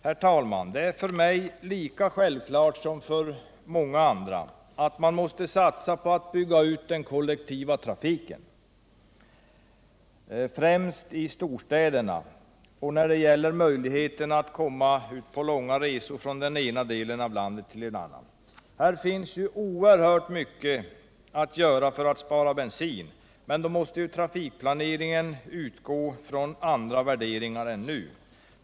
Herr talman! Det är för mig lika självklart som för många andra att vi måste satsa på att bygga ut den kollektiva trafiken, främst i storstäderna och när det gäller möjligheterna att komma ut på långa resor från en del av landet till en annan. Och här finns det oerhört mycket att göra för att spara bensin — men då måste trafikplaneringen utgå från andra värderingar än nu.